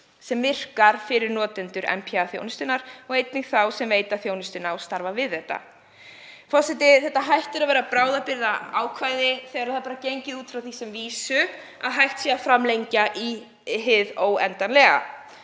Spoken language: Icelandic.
sem virkaði fyrir notendur NPA-þjónustunnar og einnig þá sem veita þjónustuna og starfa við þetta. Forseti. Það hættir að vera bráðabirgðaákvæði þegar gengið er út frá því sem vísu að hægt sé að framlengja út í hið óendanlega.